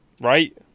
right